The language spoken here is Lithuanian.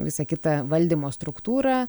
visą kitą valdymo struktūrą